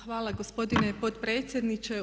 Hvala gospodine potpredsjedniče.